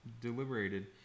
deliberated